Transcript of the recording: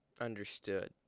Understood